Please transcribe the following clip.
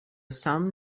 sum